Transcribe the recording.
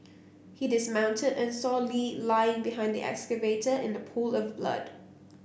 he dismounted and saw Lee lying behind the excavator in a pool of blood